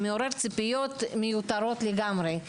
זה מעורר ציפיות מיותרות לגמרי.